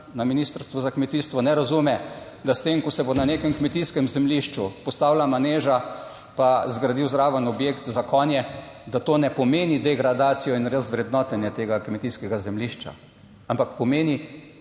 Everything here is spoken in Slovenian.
na Ministrstvu za kmetijstvo ne razume, da s tem, ko se bo na nekem kmetijskem zemljišču postavila maneža, pa zgradil zraven objekt za konje, da to ne pomeni degradacijo in razvrednotenje tega kmetijskega zemljišča, ampak pomeni